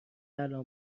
الان